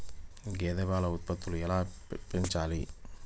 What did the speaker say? గేదె పాల ఉత్పత్తులు ఎలా పెంచాలి?